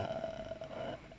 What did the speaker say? err